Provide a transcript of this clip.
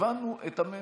הבנו את המסר,